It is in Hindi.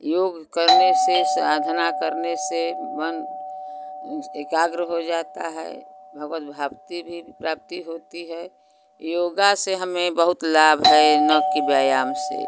योग करने से साधना करने से मन एकाग्र हो जाता है भगवत भगवती भी प्राप्ति होती है योग से हमें बहुत लाभ है न कि व्यायाम से